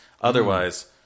Otherwise